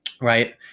right